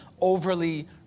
overly